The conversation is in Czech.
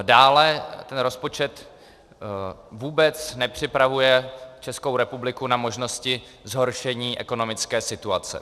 Dále ten rozpočet vůbec nepřipravuje Českou republiku na možnosti zhoršení ekonomické situace.